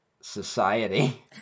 society